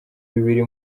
bibiri